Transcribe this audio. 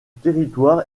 territoire